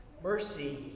Mercy